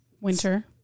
Winter